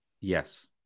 Yes